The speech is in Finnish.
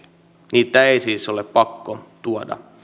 niitä ei siis ole pakko tuoda